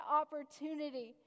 opportunity